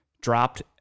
dropped